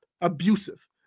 abusive